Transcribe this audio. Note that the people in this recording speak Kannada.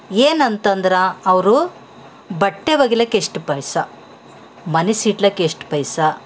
ಏನು ಅಂತಂದ್ರೆ ಅವರು ಬಟ್ಟೆ ಒಗಿಲಿಕ್ಕ ಎಷ್ಟು ಪೈಸ ಮನೆಸಿಡ್ಲಕ್ಕ ಎಷ್ಟು ಪೈಸ